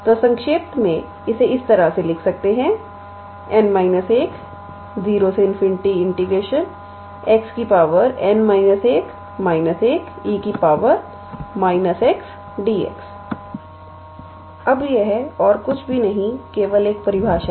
तो संक्षेप में हम इसे इस तरह से लिख सकते है 𝑛 − 10∞𝑥 𝑛−1−1𝑒 −𝑥𝑑𝑥 अब यह और कुछ भी नहीं है बस एक परिभाषा है